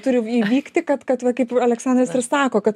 turi įvykti kad kad va kaip aleksandras ir sako kad